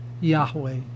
Yahweh